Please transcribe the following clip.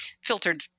filtered